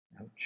Ouch